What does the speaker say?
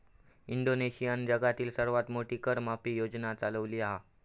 इंडोनेशियानं जगातली सर्वात मोठी कर माफी योजना चालवली हा